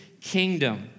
kingdom